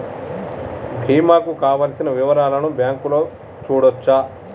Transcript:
బీమా కు కావలసిన వివరాలను బ్యాంకులో చూడొచ్చా?